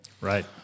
right